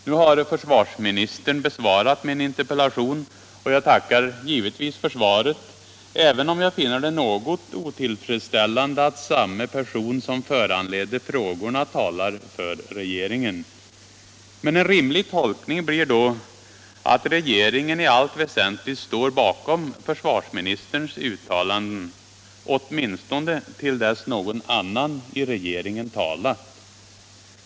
Nu har försvarsministern besvarat min interpellation, och jag tackar givetvis för svaret, även om jag finner det något otillfredsställande att samma person som föranledde frågorna talar för regeringen. Men en rimlig tolkning blir då att regeringen i allt väsentligt står bakom försvarsministerns uttalanden —- åtminstone till dess någon annan i regeringen talat!